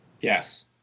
yes